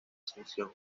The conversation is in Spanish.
asunción